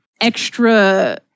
extra